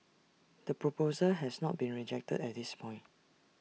the proposal has not been rejected at this point